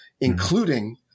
including